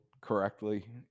correctly